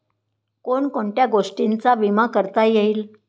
कोण कोणत्या गोष्टींचा विमा करता येईल?